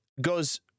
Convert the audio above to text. goes